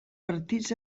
partits